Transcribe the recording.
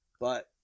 But-